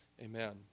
Amen